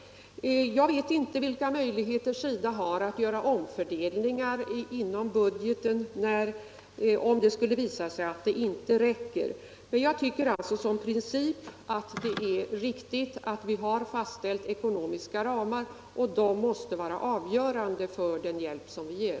Jag vet inte vilka möjligheter SIDA har att göra — u-landsprojekt omfördelningar inom budgeten om det skulle visa sig att medlen inte räcker. I princip tycker jag emellertid att det är riktigt att vi har fastställt ekonomiska ramar som måste vara avgörande för den hjälp som vi ger.